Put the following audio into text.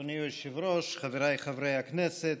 אדוני היושב-ראש, חבריי חברי הכנסת,